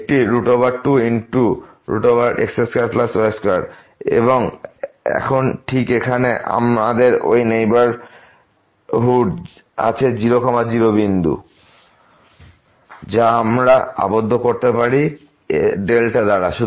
একটি 2x2y2 এবং এখন ঠিক এখানে আমাদের এই নেইবারহুড আছে 0 0 বিন্দুর যা আমরা আবদ্ধ করতে পারি দ্বারা